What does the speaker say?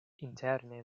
interne